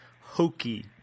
hokey